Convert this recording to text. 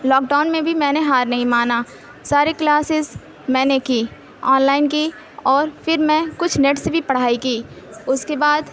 lock down میں بھی میں نے ہار نہیں مانا سارے کلاسز میں نے کی آن لائن کی اور پھر میں کچھ نیٹ سے بھی پڑھائی کی اس کے بعد